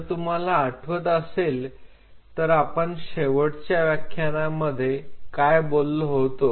जर तुम्हाला आठवत असेल आपण शेवटच्या व्याख्यानांमध्ये काय बोललो होतो